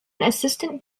assistant